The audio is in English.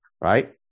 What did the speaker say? right